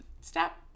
step